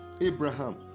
Abraham